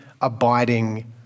abiding